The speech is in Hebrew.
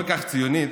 כל כך ציונית,